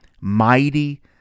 mighty